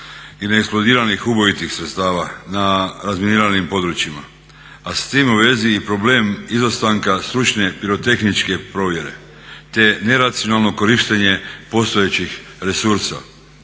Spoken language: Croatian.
i neeksplodiranih ubojitih sredstva na razminiranim područjima. A s time u vezi i problem izostanka stručne pirotehničke provjere te neracionalno korištenje postojećih resursa.